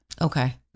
Okay